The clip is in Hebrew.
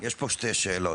יש פה שתי שאלות.